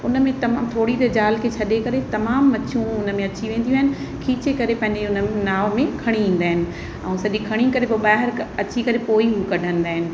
उनमें तमामु थोरी देरि जाल खे छॾे करे तमामु मछियूं उनमें अची वेंदियूं आहिनि छिके करे पंहिंजे उनमें नांव में खणी ईंदा आहिनि ऐं सॼी खणी करे पोइ ॿाहिरि क अची करे पोइ ई हू कढंदा आहिनि